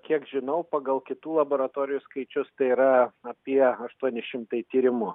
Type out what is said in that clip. kiek žinau pagal kitų laboratorijų skaičius tai yra apie aštuoni šimtai tyrimų